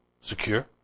secure